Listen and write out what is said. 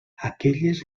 aquelles